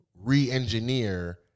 re-engineer